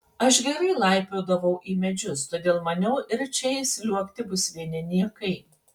aš gerai laipiodavau į medžius todėl maniau ir čia įsliuogti bus vieni niekai